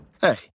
Hey